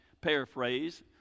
paraphrase